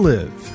Live